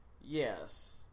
Yes